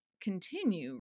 continue